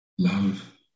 Love